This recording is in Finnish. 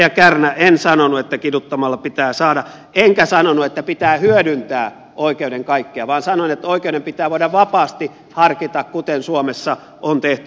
edustaja kärnä en sanonut että kiduttamalla pitää saada enkä sanonut että oikeuden pitää hyödyntää kaikkia vaan sanoin että oikeuden pitää voida vapaasti harkita kuten suomessa on tehty vuosikymmeniä